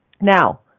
Now